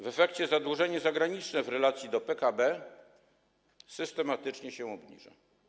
W efekcie zadłużenie zagraniczne w relacji do PKB systematycznie się obniża.